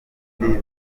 igihugu